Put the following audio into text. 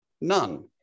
None